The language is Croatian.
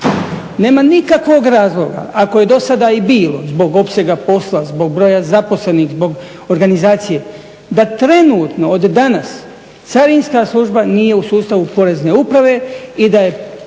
Nema nikakvog razloga ako je do sada bilo zbog opsega posla, zbog broja zaposlenih, zbog organizacije, da trenutno od danas Carinska služba nije u sustavu Porezne uprave i da je